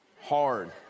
hard